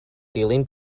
dilyn